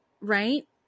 right